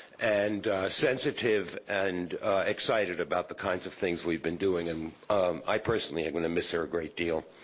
and sensitive, and excited about the kinds of things we've been doing. and i personally am going to miss her a great deal.